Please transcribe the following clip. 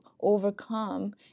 overcome